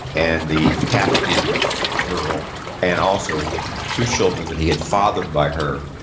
and the captive girl and also two children that he had fathered by her,